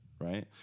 right